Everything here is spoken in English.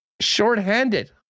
shorthanded